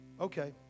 Okay